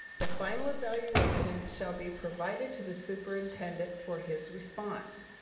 the final evaluation shall be provided to the superintendent for his response.